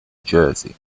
jersey